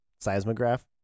Seismograph